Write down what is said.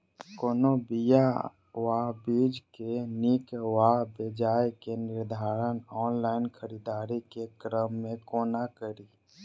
कोनों बीया वा बीज केँ नीक वा बेजाय केँ निर्धारण ऑनलाइन खरीददारी केँ क्रम मे कोना कड़ी?